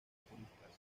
turistas